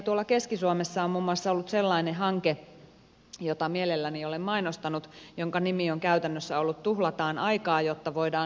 meillä keski suomessa on muun muassa ollut sellainen hanke jota mielelläni olen mainostanut jonka nimi on käytännössä ollut tuhlataan aikaa jotta voidaan säästää sitä